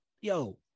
yo